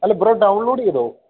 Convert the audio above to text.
അല്ല bro download ചെയ്തോ